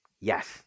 Yes